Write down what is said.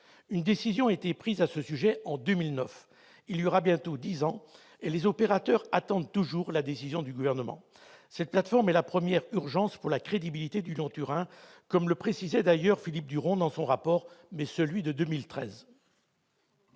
Une décision a été prise à ce sujet en 2009, voilà bientôt 10 ans, et les opérateurs attendent toujours la décision du Gouvernement. Cette plateforme est la première urgence pour la crédibilité du Lyon-Turin, comme le précisait d'ailleurs Philippe Duron dans son rapport de 2013.